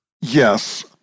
Yes